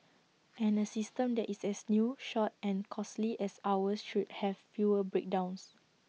and A system that is as new short and costly as ours should have fewer breakdowns